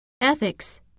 ethics